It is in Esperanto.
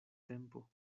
tempo